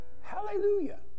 Hallelujah